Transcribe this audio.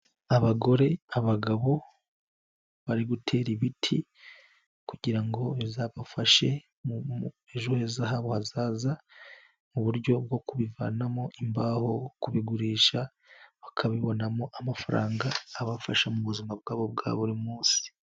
Abagore, abagabo bari gutera ibiti, kugira ngo bizabafashe muri ejo heza habo hazaza, uburyo bwo kubivanamo imbaho, kubigurisha bakabibonamo amafaranga, abafasha mu buzima bwabo bwa buri munsi.